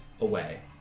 away